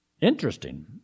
Interesting